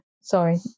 Sorry